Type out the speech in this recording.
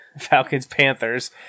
Falcons-Panthers